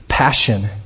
Passion